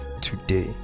today